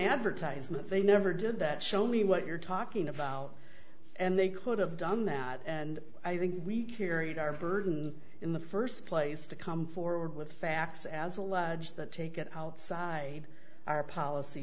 advertisement they never did that show me what you're talking about and they could have done that and i think we carried our burden in the first place to come forward with facts as alleged that take it outside our policy